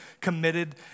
committed